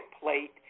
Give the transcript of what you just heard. plate